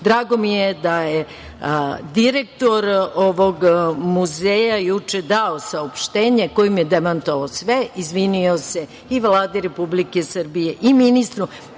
mi je da je direktor ovog muzeja juče je dao saopštenje kojim je demantovao sve, izvinio se i Vladi Republike Srbije i ministru,